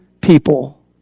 people